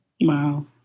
Wow